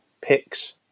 picks